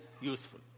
useful